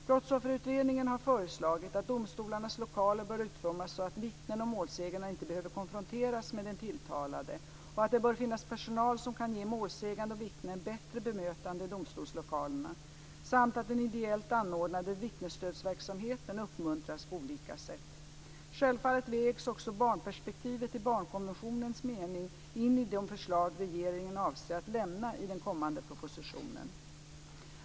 Brottsofferutredningen har föreslagit att domstolarnas lokaler bör utformas så att vittnen och målsägande inte behöver konfronteras med den tilltalade, att det bör finnas personal som kan ge målsägande och vittnen ett bättre bemötande i domstolslokalerna samt att den ideellt anordnade vittnesstödsverksamheten uppmuntras på olika sätt. Självfallet vägs också barnperspektivet i barnkonventionens mening in i de förslag regeringen avser att lämna i den kommande propositionen.